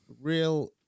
real